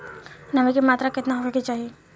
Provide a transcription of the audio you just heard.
नमी के मात्रा केतना होखे के चाही?